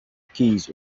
keys